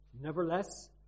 Nevertheless